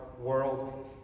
world